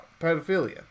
pedophilia